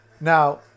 Now